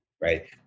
right